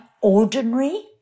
ordinary